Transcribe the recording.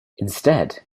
instead